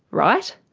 right?